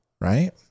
right